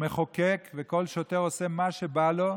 מחוקק וכל שוטר עושה מה שבא לו,